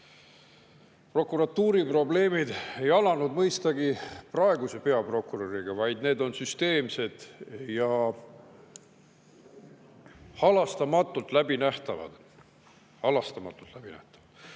Prokuratuuri probleemid ei alanud mõistagi praeguse peaprokuröriga, vaid need on süsteemsed ja halastamatult läbinähtavad. Halastamatult! Tsiteerin